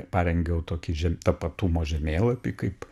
parengiau tokį žem tapatumo žemėlapį kaip